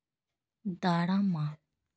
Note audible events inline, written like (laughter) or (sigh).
ᱫᱟᱨᱟᱢᱟ (unintelligible)